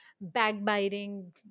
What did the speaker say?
Backbiting